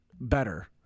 better